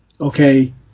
Okay